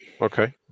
Okay